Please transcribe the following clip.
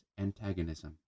antagonism